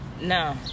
no